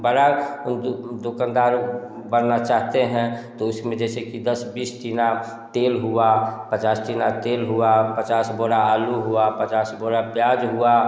बड़ा दुकानदार बनना चाहते हैं तो इसमें जैसे कि दस बीस टिना तेल हुआ पचास टिना तेल हुआ पचास बोरा आलू हुआ पचास बोरा प्याज हुआ